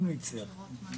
נרשמנו אצלך.